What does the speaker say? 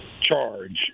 charge